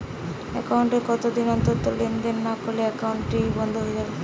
Account এ কতদিন অন্তর লেনদেন না করলে একাউন্টটি কি বন্ধ হয়ে যাবে?